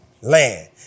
Land